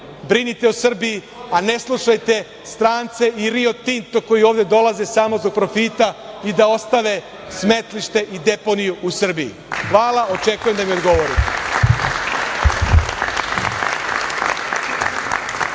brinite o Srbiji, a ne slušajte strance i Rio Tinto, koji ovde dolaze samo zbog profita i da ostane smetlište i deponiju u Srbiji. Hvala. Očekujem da mi odgovorite.